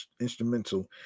instrumental